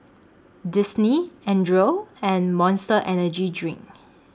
Disney Andre and Monster Energy Drink